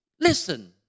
Listen